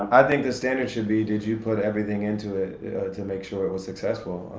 i think the standard should be, did you put everything into it to make sure it was successful?